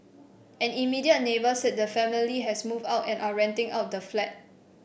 an immediate neighbour said the family has moved out and are renting out the flat